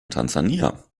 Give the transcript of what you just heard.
tansania